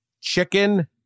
Chicken